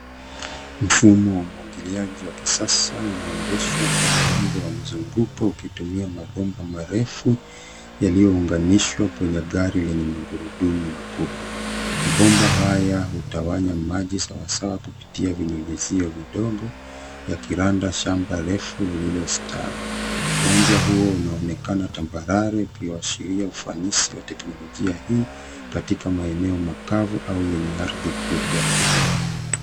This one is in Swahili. Mfumo wa umwagiliaji wa kisasa unaendeshwa kwa muundo wa mzunguko, ukitumia mabomba marefu yaliyounganishwa kwenye gari la magurudumu makubwa. Mabomba haya hutawanya maji sawasawa kupitia vinyunyizio vidogo yakiranda shamba refu lililostawi. Uwanja huo unaonekana tambarare, ukiashiria ufanisi wa teknolojia hii katika maeneo makavu au yenye ardhi kubwa ya kilimo.